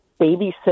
babysit